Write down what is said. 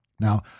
Now